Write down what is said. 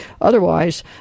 Otherwise